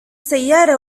سيارة